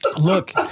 look